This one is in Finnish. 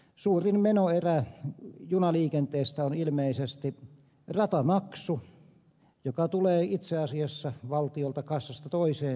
suurin menoerä junaliikenteessä on ilmeisesti ratamaksu joka tulee itse asiassa valtiolta kassasta toiseen siirtona